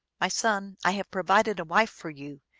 my son, i have provided a wife for you,